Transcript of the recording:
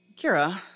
Kira